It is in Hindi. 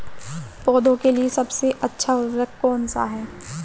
पौधों के लिए सबसे अच्छा उर्वरक कौनसा हैं?